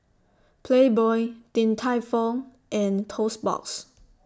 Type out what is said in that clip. Playboy Din Tai Fung and Toast Box